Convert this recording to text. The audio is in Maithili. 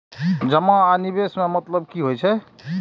जमा आ निवेश में मतलब कि होई छै?